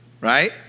Right